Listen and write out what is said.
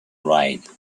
ride